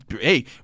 hey